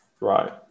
right